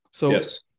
Yes